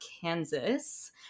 Kansas